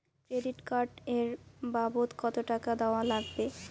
Credit card এর বাবদ কতো টাকা দেওয়া লাগবে?